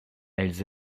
elles